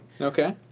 Okay